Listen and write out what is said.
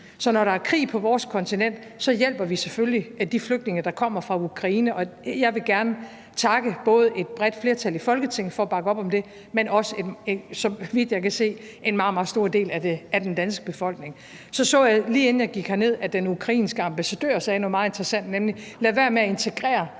Så når der er krig på vores kontinent, hjælper vi selvfølgelig de flygtninge, der kommer fra Ukraine, og jeg vil gerne takke både et bredt flertal i Folketinget for at bakke op om det, men også, så vidt jeg kan se, en meget, meget stor del af den danske befolkning. Så så jeg, lige inden jeg gik herned, at den ukrainske ambassadør sagde noget meget interessant, nemlig: Lad være med at integrere